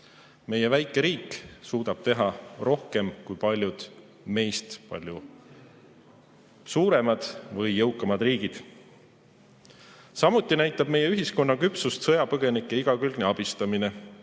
Meie väike riik suudab teha rohkem kui paljud meist palju suuremad või jõukamad riigid. Samuti näitab meie ühiskonna küpsust sõjapõgenike igakülgne abistamine.